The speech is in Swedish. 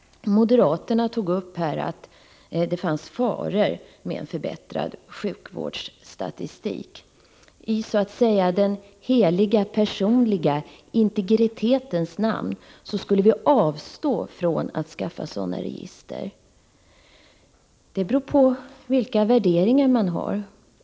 Moderaterna har hävdat, att det skulle finnas faror med en förbättrad sjukvårdsstatistik. I den heliga personliga integritetens namn skulle vi avstå från att skaffa sådana register. Om man skall göra det beror på vilka värderingar man har.